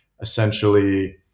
essentially